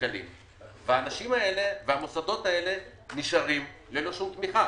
שקלים והמוסדות האלה נשארים ללא כל תמיכה.